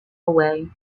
away